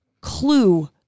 clue